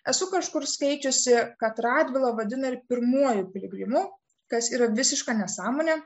esu kažkur skaičiusi kad radvilą vadina ir pirmuoju piligrimu kas yra visiška nesąmonė